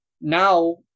now